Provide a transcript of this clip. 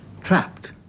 trapped